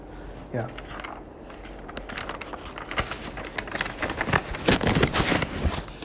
ya